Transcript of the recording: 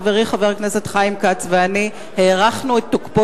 חבר הכנסת חיים כץ ואני הארכנו את תוקפו